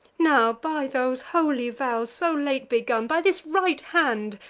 now, by those holy vows, so late begun, by this right hand,